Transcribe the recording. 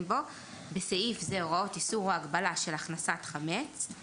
בו (בסעיף זה הוראות איסור או הגבלה של הכנסת חמץ);